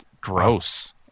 gross